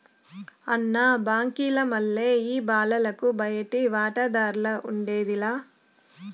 అన్న, బాంకీల మల్లె ఈ బాలలకు బయటి వాటాదార్లఉండేది లా